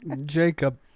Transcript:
Jacob